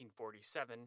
1947